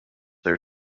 their